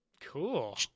Cool